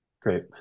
great